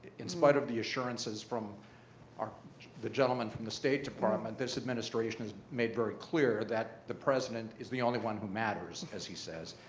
in spite of the assurances from the gentleman from the state department, this administration has made very clear that the president is the only one who matters, as he says.